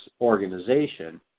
organization